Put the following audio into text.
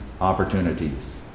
opportunities